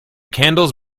candles